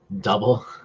Double